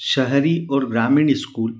शहरी और ग्रामीण स्कूल